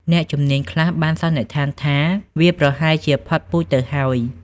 អ្នកជំនាញខ្លះបានសន្និដ្ឋានថា វាប្រហែលជា ផុតពូជទៅហើយ។